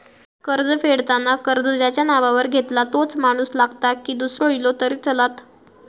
कर्ज फेडताना कर्ज ज्याच्या नावावर घेतला तोच माणूस लागता की दूसरो इलो तरी चलात?